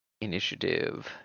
Initiative